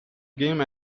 game